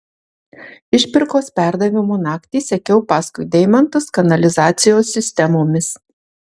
išpirkos perdavimo naktį sekiau paskui deimantus kanalizacijos sistemomis